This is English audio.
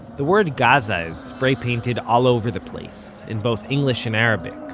the word gaza is spray-painted all over the place in both english and arabic,